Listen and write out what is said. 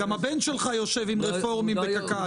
גם הבן שלך יושב עם רפורמים וקק"ל.